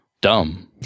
dumb